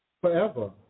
forever